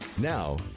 Now